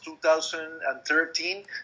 2013